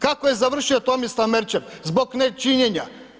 Kako je završio Tomislav Merčep zbog nečinjenja?